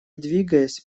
двигаясь